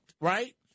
right